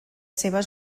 seves